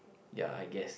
ya I guess